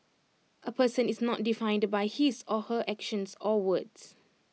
A person is not defined by his or her actions or words